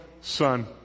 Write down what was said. son